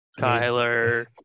Kyler